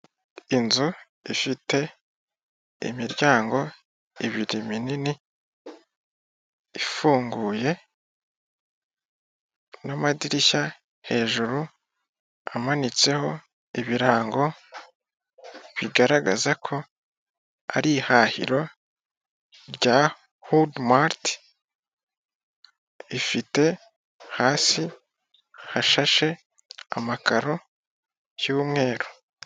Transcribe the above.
Inzu ifite imiryango ibiri minini ifunguye n'amadirishya hejuru amanitseho ibirango bigaragaza ko ari ihahiro rya hood mart rifite hasi hashashe amakaro yumweru .